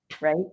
right